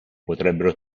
potrebbero